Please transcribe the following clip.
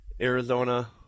Arizona